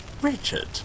Richard